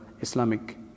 Islamic